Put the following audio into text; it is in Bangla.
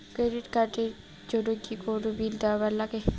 ক্রেডিট কার্ড এর জন্যে কি কোনো বিল দিবার লাগে?